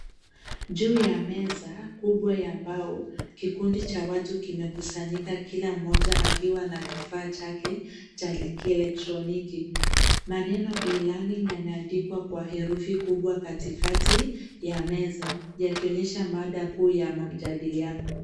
Juu ya meza kubwa ya mbao, kikundi cha watu kimekusanyika kila mmoja akiwa na kifaa chake cha kieletroniki. Maneno ilani yameandikwa kwa herufi kubwa katikati ya meza yakionyesha mada kuu ya majadiliano.